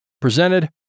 presented